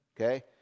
okay